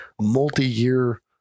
multi-year